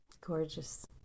Gorgeous